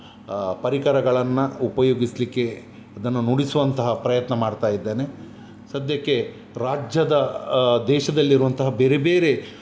ಪರಿಕರಗಳನ್ನು ಉಪಯೋಗಿಸಲಿಕ್ಕೆ ಅದನ್ನು ನುಡಿಸುವಂತಹ ಪ್ರಯತ್ನ ಮಾಡ್ತಾಯಿದ್ದೇನೆ ಸದ್ಯಕ್ಕೆ ರಾಜ್ಯದ ದೇಶದಲ್ಲಿರುವಂತಹ ಬೇರೆ ಬೇರೆ